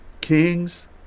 Kings